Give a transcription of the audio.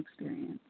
experience